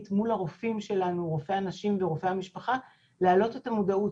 מול הרופאים שלנו רופאי הנשים ורופאי המשפחה על מנת להעלות את המודעות.